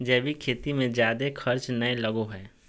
जैविक खेती मे जादे खर्च नय लगो हय